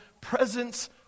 presence